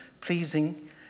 pleasing